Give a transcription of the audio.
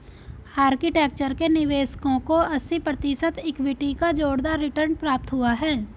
architecture के निवेशकों को अस्सी प्रतिशत इक्विटी का जोरदार रिटर्न प्राप्त हुआ है